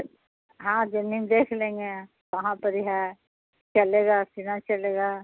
ہاں زمین دیکھ لیں گے وہاں پر ہے چلے گا سینا چلے گا